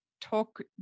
talk